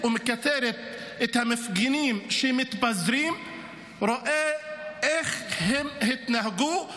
ומכתרת את המפגינים שמתפזרים רואה איך הם התנהגו.